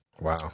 Wow